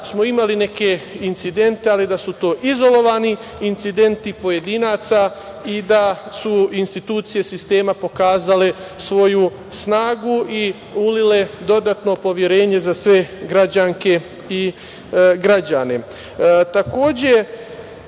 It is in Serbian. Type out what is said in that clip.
smo imali neke incidente, ali da su to izolovani incidenti pojedinaca i da su institucije sistema pokazale svoju snagu i ulile dodatno poverenje za sve građanke i građane. Takođe,